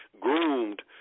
groomed